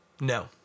No